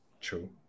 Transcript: True